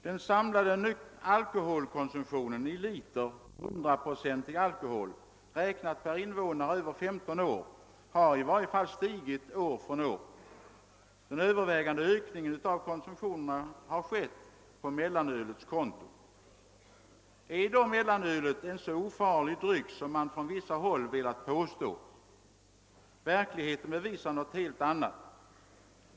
Den samlade alkoholkonsumtionen, räknad i liter 100-procentig alkohol per invånare över 15 år, har i varje fall stigit år från år. Den övervägande ökningen av konsumtionen har skett på mellanölets konto. Är då mellanölet en så ofarlig dryck som man från vissa håll velat påstå? Verkligheten bevisar något helt annat.